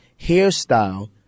hairstyle